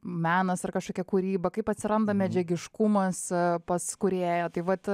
menas ar kažkokia kūryba kaip atsiranda medžiagiškumas pas kūrėją tai vat